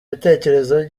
ibitekerezo